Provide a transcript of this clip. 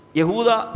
Yehuda